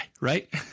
right